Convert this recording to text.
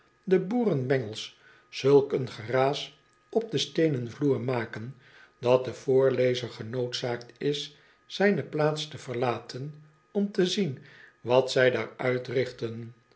de boeronbengels zulk een geraas op den steenen vloer maken dat de voorlezer genoodzaakt is zijne plaats te verlaten om te zien wat zij daar uitrichten